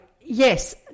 yes